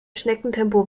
schneckentempo